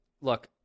look